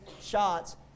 shots